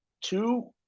two